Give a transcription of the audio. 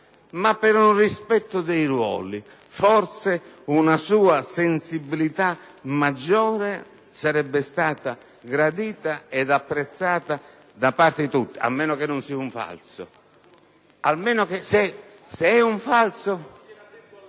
Ma, per rispetto dei ruoli, forse una sua sensibilità maggiore sarebbe stata gradita e apprezzata da tutti, a meno che non si tratti